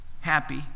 happy